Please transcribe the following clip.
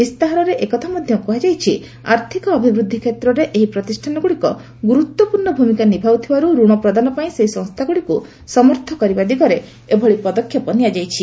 ଇସ୍ତାହାରରେ ଏକଥା ମଧ୍ୟ କୁହାଯାଇଛି ଆର୍ଥିକ ଅଭିବୃଦ୍ଧି କ୍ଷେତ୍ରରେ ଏହି ପ୍ରତିଷ୍ଠାନଗୁଡ଼ିକ ଗୁରୁତ୍ୱପୂର୍ଣ୍ଣ ଭୂମିକା ନିଭାଉଥିବାରୁ ରଣ ପ୍ରଦାନ ପାଇଁ ସେହି ସଂସ୍ଥାଗୁଡ଼ିକୁ ସମର୍ଥ କରିବା ଦିଗରେ ଏଭଳି ପଦକ୍ଷେପ ନିଆଯାଇଛି